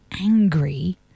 angry